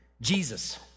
Jesus